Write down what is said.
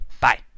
Bye